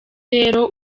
rero